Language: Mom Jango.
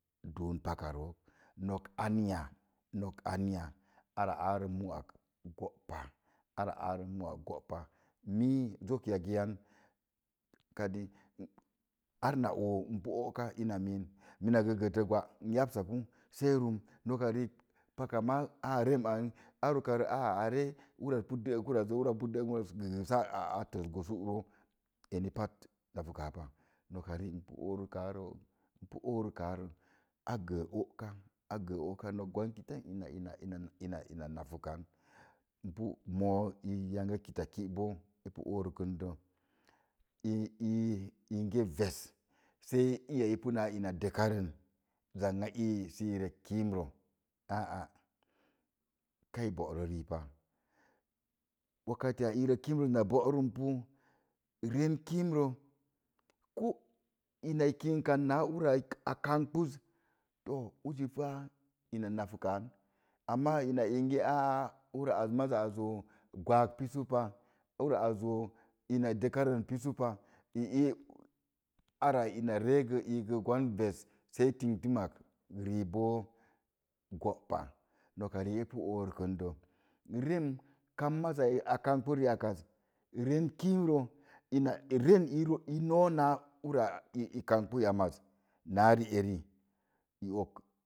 Duum paka rook nok onya nok onya ara mú'úk go'pa ara aa rə mu'ak go'pa mii zok yagə yan ar na oo n pu o'ka ina meen n getə gwa n yamsa pu sai rum paka maá rem ang ura pi də'ək ura az ze nok riik n pu orikaa rə npu orikaa rə a ge o'ka gwani ina ina nafukan ii yanga kitaki boo epu orikəndə ii en inge ves sei ura pana ina dəkarən zang sə i rek kii rə aa kai borə rii pa wakati a ii rə na bozum pu rem keem rə ko ina kənik náá ura a kamɓəz uni za ina laskan amma ina bonge aa maza arzo gwaag bisu pa ur arzo ina dəkanrə pisu pa i ii ore ina re gə ves sei tingtin ak rii ba go'pa nok rii epu orokən də ren a kam merza a kumɓa riaka az ren kiim rə i no'naa uza i kamɓə yam az naa ri eri